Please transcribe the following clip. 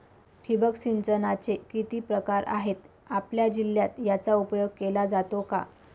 ठिबक सिंचनाचे किती प्रकार आहेत? आपल्या जिल्ह्यात याचा उपयोग केला जातो का?